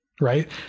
right